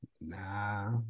nah